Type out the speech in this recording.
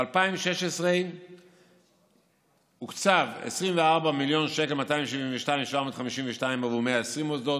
ב-2016 הוקצבו 24 מיליון ו-272,752 שקל עבור 120 מוסדות,